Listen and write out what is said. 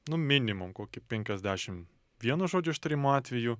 nu minimum kokį penkiasdešim vieno žodžio ištarimo atvejų